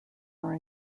are